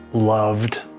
loved.